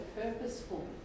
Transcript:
purposeful